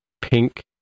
pink